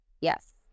Yes